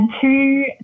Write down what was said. two